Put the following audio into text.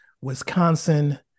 Wisconsin